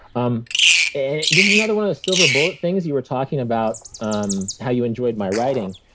um and this is another one of those silver bullet things. you were talking about um how you enjoyed my writing.